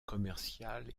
commercial